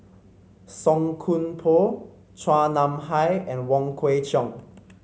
Song Koon Poh Chua Nam Hai and Wong Kwei Cheong